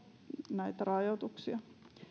näitä rajoituksia